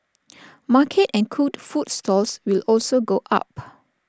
market and cooked food stalls will also go up